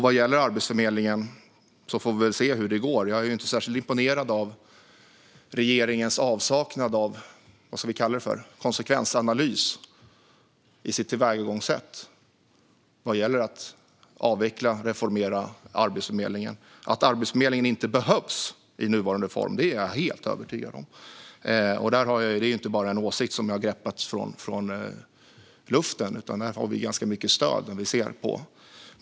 Vad gäller Arbetsförmedlingen får vi väl se hur det går. Jag är inte särskilt imponerad av regeringens avsaknad av - vad ska vi kalla det - konsekvensanalys i sitt tillvägagångssätt vad gäller att avveckla eller reformera Arbetsförmedlingen. Att Arbetsförmedlingen inte behövs i nuvarande form är jag helt övertygad om. Det är inte bara en åsikt som jag har greppat från luften, utan där finns det ganska mycket stöd.